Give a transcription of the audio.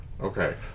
Okay